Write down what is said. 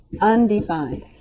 undefined